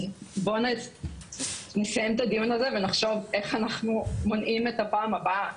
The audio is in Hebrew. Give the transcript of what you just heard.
אז בואו נסיים את הדיון הזה ונחשוב איך אנחנו מונעים את הפעם הבאה.